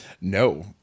no